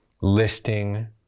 listing